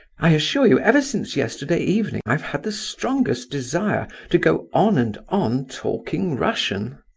i assure you, ever since yesterday evening i have had the strongest desire to go on and on talking russian.